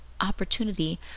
opportunity